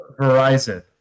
Verizon